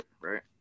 Right